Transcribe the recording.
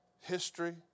history